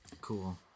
Cool